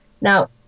now